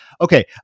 okay